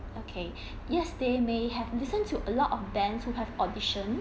okay yes they may have listened to a lot of bands who have auditioned